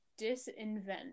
disinvent